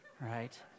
Right